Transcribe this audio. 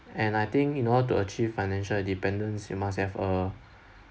and I think in order to achieve financial independence you must have a